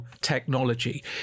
technology